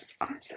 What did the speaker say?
awesome